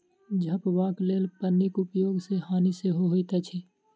झपबाक लेल पन्नीक उपयोग सॅ हानि सेहो होइत अछि